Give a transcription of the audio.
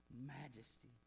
majesty